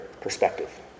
perspective